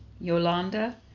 Yolanda